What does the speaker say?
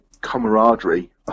camaraderie